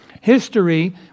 History